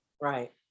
Right